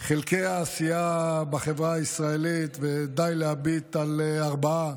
מחלקי העשייה בחברה הישראלית, ודי להביט על ארבעה: